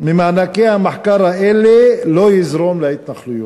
ממענקי המחקר האלה לא יזרום להתנחלויות.